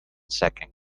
sacking